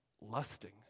lusting